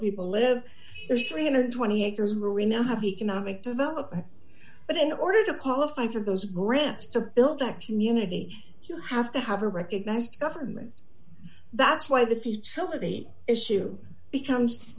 people live there's three hundred and twenty acres where we now have economic development but in order to qualify for those brands to build that community you have to have a recognised government that's why the futility issue becomes